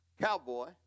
cowboy